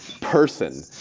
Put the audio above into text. person